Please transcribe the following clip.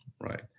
right